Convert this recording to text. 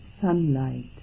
sunlight